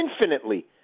infinitely